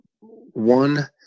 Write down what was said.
one